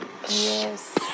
Yes